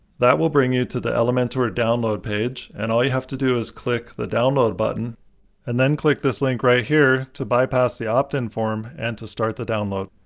that will bring you to the elementor download page and all you have to do is click the download. and then click this link right here to bypass the opt-in form and to start the download.